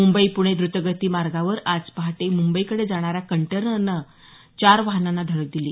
मुंबई पुणे दूतगती मार्गावर आज पहाटे मुंबईकडे जाणाऱ्या कंटेनरने चार वाहनांना धडक दिली